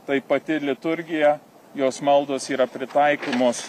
tai pati liturgija jos maldos yra pritaikomos